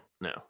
No